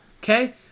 okay